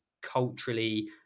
culturally